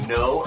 no